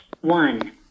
one